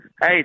Hey